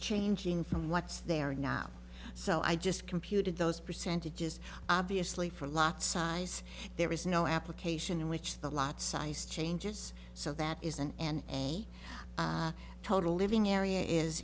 changing from what's there or not so i just computed those percentages obviously for a lot size there is no application in which the lot size changes so that is and a total living area is